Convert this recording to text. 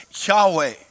Yahweh